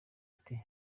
ati